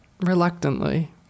Reluctantly